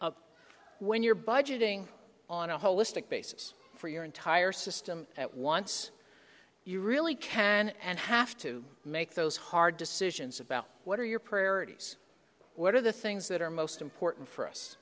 of when you're budgeting on a holistic basis for your entire system at once you really can and have to make those hard decisions about what are your priorities what are the things that are most important for us